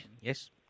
Yes